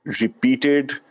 repeated